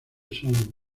son